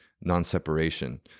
non-separation